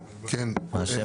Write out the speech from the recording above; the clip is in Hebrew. כן, מה השם?